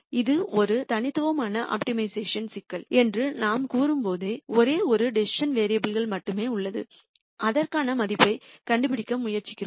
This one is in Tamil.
இது ஒரு தனித்துவமான ஆப்டிமைசேஷன் சிக்கல் என்று நாம் கூறும்போது ஒரே ஒரு டிசிசன் வேரியபுல் மட்டுமே உள்ளது அதற்கான மதிப்பைக் கண்டுபிடிக்க முயற்சிக்கிறோம்